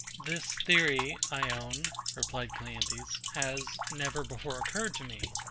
this theory, i own, replied cleanthes, has never before occurred to me,